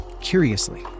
Curiously